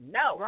no